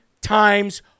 times